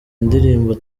indirimbo